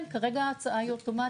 כרגע ההצעה היא על אוטומט,